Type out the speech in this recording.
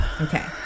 Okay